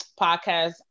podcast